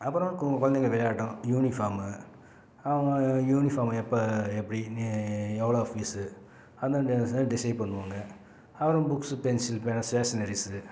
அப்புறம் கு கொழந்தைங்க விளையாடும் யூனிஃபார்மு அவங்க யூனிஃபார்மை எப்போ எப்படின்னு எவ்வளோ ஃபீஸு அந்தந்த வருஷம் டிசைட் பண்ணுவாங்க அப்புறம் புக்ஸு பென்சில் பேனா ஸ்டேஷ்னரீஸு